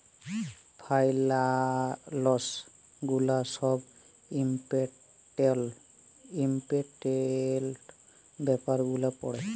ফাইলালস গুলা ছব ইম্পর্টেলট ব্যাপার গুলা পড়ে